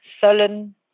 sullen